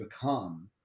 become